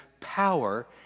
power